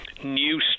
new